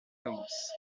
commence